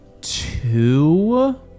two